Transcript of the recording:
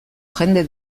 jende